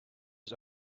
its